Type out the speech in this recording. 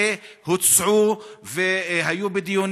הבית הזה,